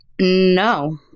No